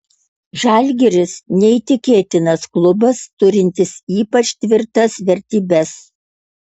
žalgiris neįtikėtinas klubas turintis ypač tvirtas vertybes